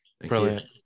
Brilliant